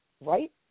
right